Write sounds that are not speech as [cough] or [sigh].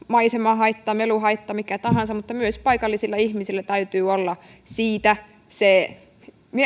[unintelligible] maisemahaitta meluhaitta mikä tahansa mutta myös paikallisilla ihmisillä täytyy olla se kompensaatiohyötynä minä